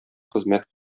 хезмәт